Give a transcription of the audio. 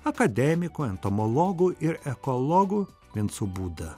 akademiku entomologu ir ekologu vincu būda